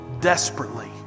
desperately